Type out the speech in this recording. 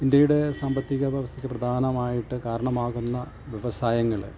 ഇന്ത്യയുടെ സാമ്പത്തിക വ്യവസ്ഥക്ക് പ്രധാനമായിട്ട് കാരണമാകുന്ന വ്യവസായങ്ങൾ